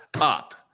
up